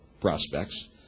prospects